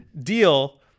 Deal